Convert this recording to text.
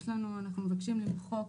אנחנו מבקשים למחוק